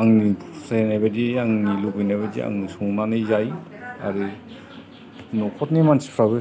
आंनि फसायनाय बायदि आंनि लुबैनाय बायदि आं संनानै जायो आरो न'खरनि मानसिफ्राबो